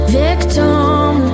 victim